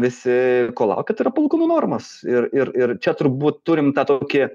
visi ko laukia tai yra palūkanų normos ir ir ir čia turbūt turim tą tokį